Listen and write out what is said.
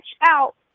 out